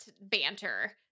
banter